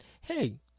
hey